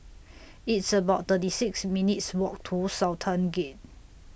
It's about thirty six minutes' Walk to Sultan Gate